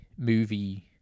movie